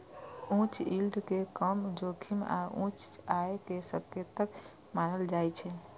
उच्च यील्ड कें कम जोखिम आ उच्च आय के संकेतक मानल जाइ छै